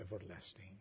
everlasting